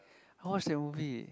how much that movie